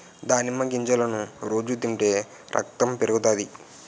దానిమ్మ గింజలను రోజు తింటే రకతం పెరుగుతాది